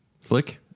Flick